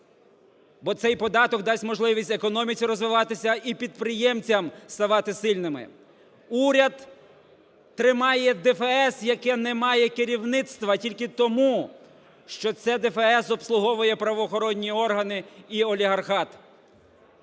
Бо цей податок дасть можливість економіці розвиватися і підприємцям ставати сильними. Уряд тримає ДФС, яке не має керівництва, тільки тому, що це ДФС обслуговує правоохоронні органи і олігархат.